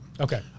Okay